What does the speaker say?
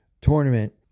tournament